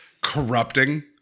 corrupting